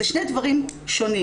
אלה שני דברים שונים.